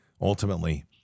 Ultimately